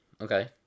Okay